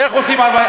ואיך עושים ארבע?